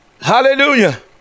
Hallelujah